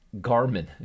Garmin